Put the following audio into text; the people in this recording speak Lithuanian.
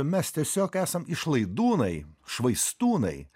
mes tiesiog esam išlaidūnai švaistūnai